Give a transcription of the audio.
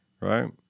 right